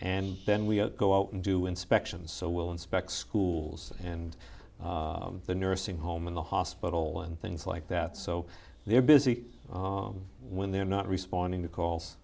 and then we go out and do inspections so we'll inspect schools and the nursing home and the hospital and things like that so they're busy when they're not responding to calls